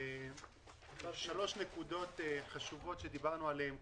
אני אציין שלוש נקודות חשובות שדיברנו עליהן.